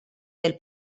del